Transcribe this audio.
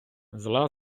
зла